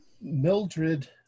Mildred